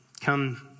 come